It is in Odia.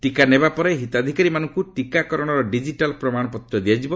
ଟିକା ନେବାପରେ ହିତାଧିକାରୀମାନଙ୍କୁ ଟିକାକରଣର ଡିଜିଟାଲ ପ୍ରମାଣପତ୍ର ଦିଆଯିବ